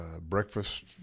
breakfast